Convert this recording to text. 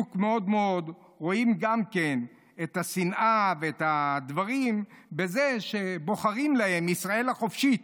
רואים את השנאה ואת הדברים גם בזה שבוחרים להם ישראל החופשית,